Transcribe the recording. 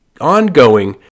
ongoing